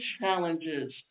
challenges